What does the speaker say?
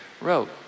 wrote